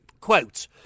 quote